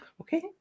Okay